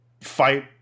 fight